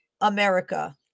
America